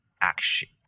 action